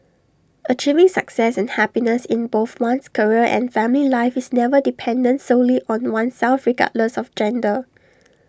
achieving success and happiness in both one's career and family life is never dependent solely on oneself regardless of gender